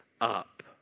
up